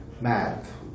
math